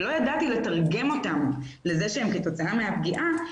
ולא ידעתי לתרגם אותם לזה שהם כתוצאה מהפגיעה,